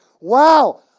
wow